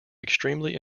extremely